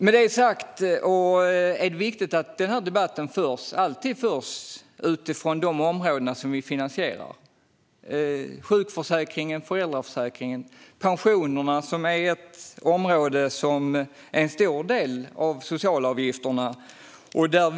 Med detta sagt är det viktigt att debatten alltid förs utifrån de områden som ska finansieras, det vill säga sjukförsäkringen, föräldraförsäkringen och pensionerna. Det här är områden dit en stor del av socialavgifterna går.